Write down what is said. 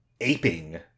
aping